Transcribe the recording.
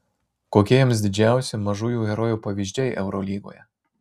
kokie jums didžiausi mažųjų herojų pavyzdžiai eurolygoje